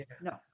no